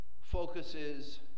focuses